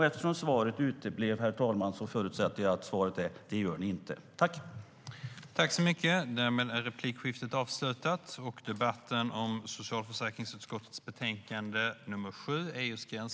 Eftersom svaret uteblev förutsätter jag att svaret är att man inte längre gör det.